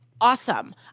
Awesome